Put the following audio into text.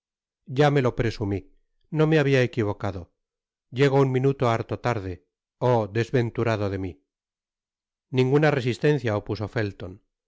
ya me lo presumí no me habia equivocado llego un minuto harto tarde oh desventurado de mí ninguna resistencia opuso felton